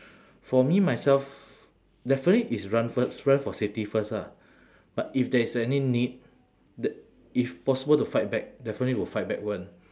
for me myself definitely it's run first run for safety first ah but if there is any need t~ if possible to fight back definitely will fight back [one]